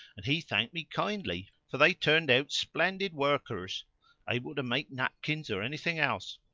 and he thanked me kindly, for they turned out splendid workers able to make napkins or anything else.